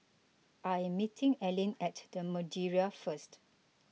I am meeting Allyn at the Madeira first